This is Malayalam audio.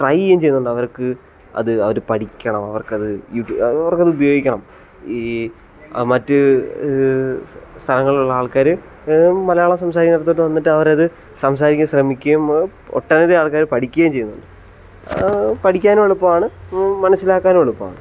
ട്രൈ ചെയ്യുകയും ചെയ്യുന്നുണ്ട് അവർക്ക് അത് അവർ പഠിക്കണം അവർക്ക് അത് അവർക്കത് ഉപയോഗിക്കണം ഈ മറ്റ് സ്ഥലങ്ങളിലുള്ള ആൾക്കാര് മലയാളം സംസാരിക്കുന്നിടത്തേക്ക് വന്നിട്ട് അവരത് സംസാരിക്കാൻ ശ്രമിക്കുകയും ഒട്ടനവധി ആൾക്കാര് പഠിക്കുകയും ചെയ്യുന്നുണ്ട് പഠിക്കാനും എളുപ്പമാണ് മനസിലാക്കാനും എളുപ്പമാണ്